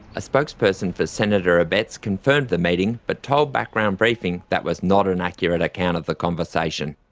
a spokesperson for senator abetz confirmed the meeting but told background briefing that was not an accurate account of the conversation.